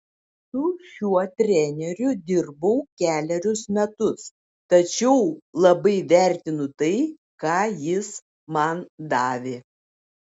su šiuo treneriu dirbau kelerius metus tačiau labai vertinu tai ką jis man davė